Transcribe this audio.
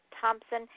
Thompson